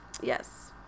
Yes